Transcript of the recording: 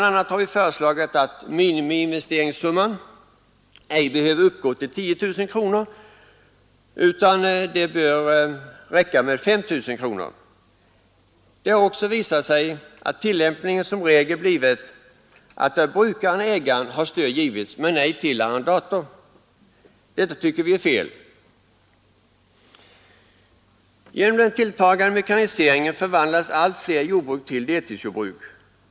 a. har vi föreslagit att minimiinvesteringssumman ej skall behöva uppgå till 10 000 kronor, utan det bör räcka med 5 000 kronor. Det har också visat sig att tillämpningen som regel blivit att där brukaren är ägare har stöd givits men ej till en arrendator. Detta tycker vi är fel. Genom den tilltagande mekaniseringen förvandlas allt fler jordbruk till deltidsjordbruk.